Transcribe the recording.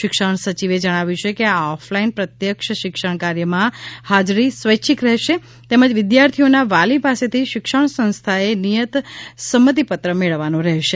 શિક્ષણ સચિવે જણાવ્યું કે આ ઓફલાઈન પ્રત્યક્ષ શિક્ષણ કાર્યમાં હાજરી સ્વૈચ્છિક રહેશે તેમજ વિદ્યાર્થીઓના વાલી પાસેથી શિક્ષણ સંસ્થાએ નિયત સંમતિપત્ર મેળવવાનો રહેશે